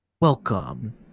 Welcome